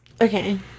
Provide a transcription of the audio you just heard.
Okay